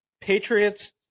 Patriots